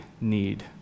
need